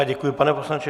Děkuji, pane poslanče.